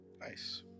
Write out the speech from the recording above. Nice